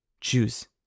choose